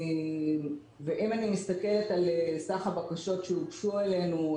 אם אני מסתכלת על סך הבקשות שהוגשו אלינו,